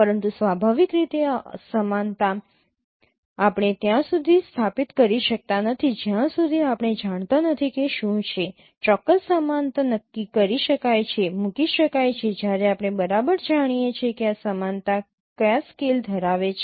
પરંતુ સ્વાભાવિક રીતે આ સમાનતા આપણે ત્યાં સુધી સ્થાપિત કરી શકતા નથી જ્યાં સુધી આપણે જાણતા નથી કે શું છે ચોક્કસ સમાનતા નક્કી કરી શકાય છે મૂકી શકાય છે જ્યારે આપણે બરાબર જાણીએ છીએ કે આ સમાનતા કયા સ્કેલ ધરાવે છે